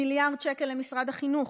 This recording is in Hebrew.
מיליארד שקל למשרד החינוך,